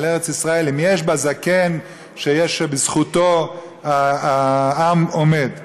על ארץ ישראל אם יש בה זקן שבזכותו העם עומד.